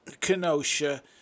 Kenosha